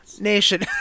Nation